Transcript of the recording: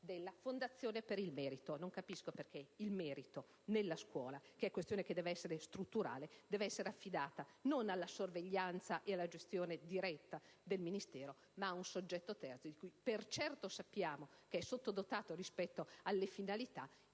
della Fondazione per il merito. Non capisco perché il merito nella scuola, questione che deve essere strutturale, debba essere affidata non alla sorveglianza e alla gestione diretta del Ministero, ma ad un soggetto terzo, di cui per certo sappiamo essere sottodotato rispetto alle finalità,